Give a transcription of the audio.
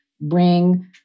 bring